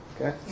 Okay